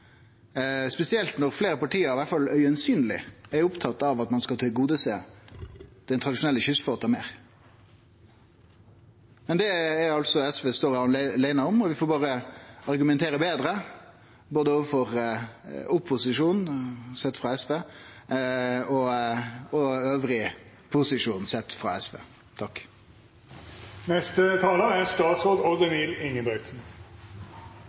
spesielt når fleire parti, iallfall augesynleg, er opptekne av at ein skal tilgodesjå den tradisjonelle kystflåten meir. Men det står altså SV aleine om, og vi får berre argumentere betre overfor både opposisjonen, sett frå SV, og posisjonen elles, sett frå SV.